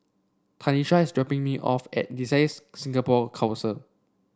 Tanisha is dropping me off at Designs Singapore Council